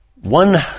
One